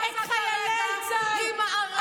לא קיבלתי תשובה.